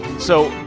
so,